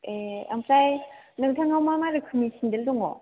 ए ओमफ्राय नोंथांनाव मा मा रोखोमनि सेन्देल दङ